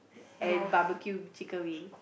and barbecue chicken wing